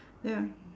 ya